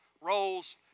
roles